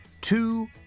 two